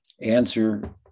answer